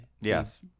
Yes